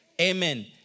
Amen